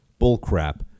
bullcrap